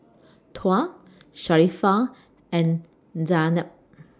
Tuah Sharifah and Zaynab